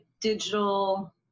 digital